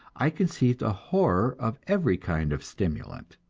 i conceived a horror of every kind of stimulant.